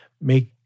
make